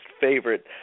favorite